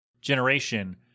generation